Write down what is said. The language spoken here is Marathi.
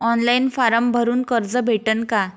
ऑनलाईन फारम भरून कर्ज भेटन का?